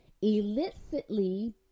illicitly